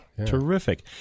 Terrific